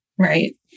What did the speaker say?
Right